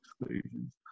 exclusions